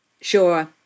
Sure